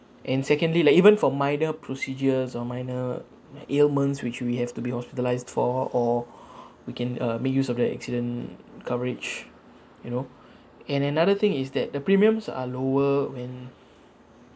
and secondly like even for minor procedures or minor ailments which we have to be hospitalised for or we can uh make use of that accident coverage you know and another thing is that the premiums are lower when